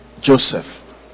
Joseph